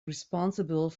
responsible